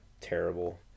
terrible